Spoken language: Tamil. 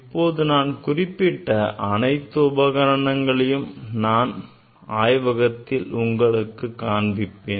இப்போது நான் குறிப்பிட்ட அனைத்து உபகரணங்களையும் நான் ஆய்வகத்தில் உங்களுக்கு காண்பிப்பேன்